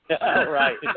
Right